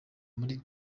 muri